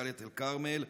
מדאלית אל-כרמל,